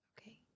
Okay